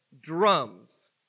drums